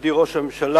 מכובדי ראש הממשלה,